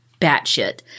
batshit